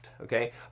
Okay